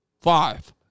Five